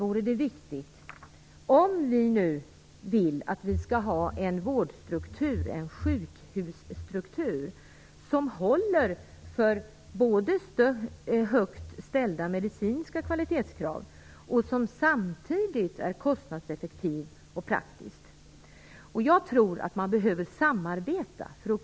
Om vi nu vill ha en vårdstruktur, en sjukhusstruktur, som klarar av högt ställda medicinska kvalitetskrav och samtidigt är kostnadseffektiv och praktisk, är det viktigt att samarbete.